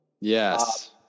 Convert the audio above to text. Yes